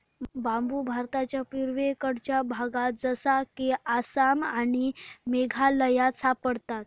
बांबु भारताच्या पुर्वेकडच्या भागात जसा कि आसाम आणि मेघालयात सापडता